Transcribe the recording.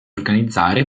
organizzare